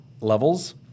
Levels